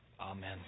amen